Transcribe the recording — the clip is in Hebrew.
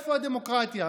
איפה הדמוקרטיה?